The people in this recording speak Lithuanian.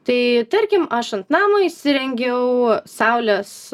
tai tarkim aš ant namo įsirengiau saulės